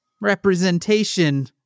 representation